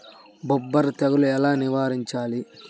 బొబ్బర తెగులు ఎలా నివారించాలి?